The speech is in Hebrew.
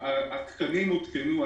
התקנים הותקנו.